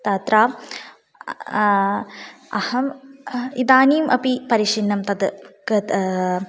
तत्र अहम् इदानीमपि परिशिन्नं तत् कृतं